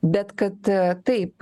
bet kad taip